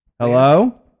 Hello